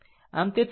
આમ તે 3